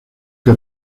que